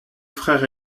frères